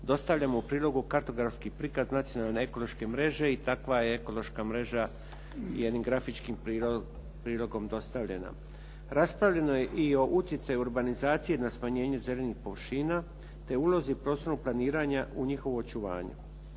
dostavljamo u prilogu kartografski prikaz nacionalne ekološke mreže i takva je ekološka mreža jednim grafičkim prilogom dostavljena. Raspravljeno je i o utjecaju urbanizacije na smanjenje zelenih površina, te o ulozi prostornog planiranja u njihovu očuvanju.